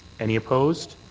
any opposed?